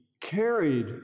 carried